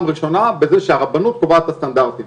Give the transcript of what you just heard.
ראשונה בזה שהרבנות קובעת את הסטנדרטים.